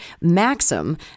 Maxim